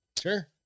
Sure